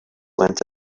went